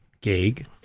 gig